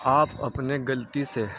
آپ اپنے غلطی سے